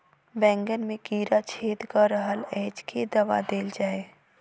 बैंगन मे कीड़ा छेद कऽ रहल एछ केँ दवा देल जाएँ?